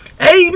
Amen